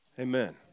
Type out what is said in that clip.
Amen